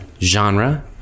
genre